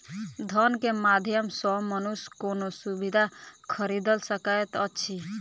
धन के माध्यम सॅ मनुष्य कोनो सुविधा खरीदल सकैत अछि